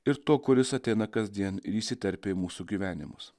ir to kuris ateina kasdienir įsiterpia į mūsų gyvenimus